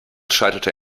scheiterte